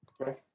okay